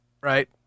right